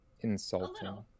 Insulting